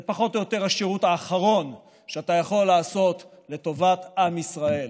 זה פחות או יותר השירות האחרון שאתה יכול לעשות לטובת עם ישראל.